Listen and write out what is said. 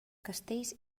castells